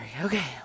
Okay